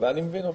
ואני מבין אותך,